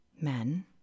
men